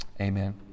Amen